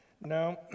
Now